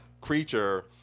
creature